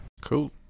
Cool